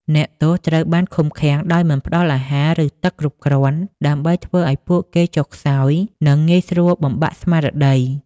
អ្នកទោសត្រូវបានឃុំឃាំងដោយមិនផ្ដល់អាហារឬទឹកគ្រប់គ្រាន់ដើម្បីធ្វើឱ្យពួកគេចុះខ្សោយនិងងាយស្រួលបំបាក់ស្មារតី។